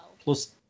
Plus